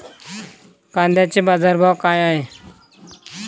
कांद्याचे बाजार भाव का हाये?